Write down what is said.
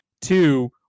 Two